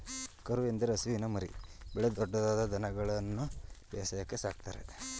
ಕರು ಎಂದರೆ ಹಸುವಿನ ಮರಿ, ಬೆಳೆದು ದೊಡ್ದವಾದ ದನಗಳನ್ಗನು ಬೇಸಾಯಕ್ಕೆ ಸಾಕ್ತರೆ